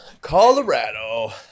Colorado